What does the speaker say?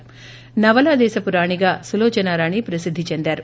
నవలా దేశపు రాణిగా సులోచనారాణి ప్రసిద్ది చెందారు